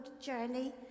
journey